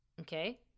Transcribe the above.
okay